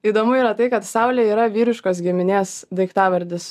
įdomu yra tai kad saulė yra vyriškos giminės daiktavardis